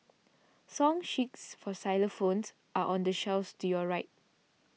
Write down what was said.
song sheets for xylophones are on the shelf to your right